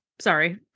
Sorry